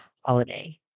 holiday